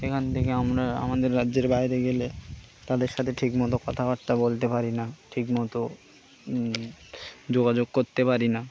এখান থেকে আমরা আমাদের রাজ্যের বাইরে গেলে তাদের সাথে ঠিকমতো কথাবার্তা বলতে পারি না ঠিক মতো যোগাযোগ করতে পারি না